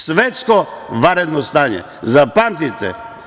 Svetsko vanredno stanje, zapamtite.